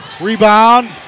Rebound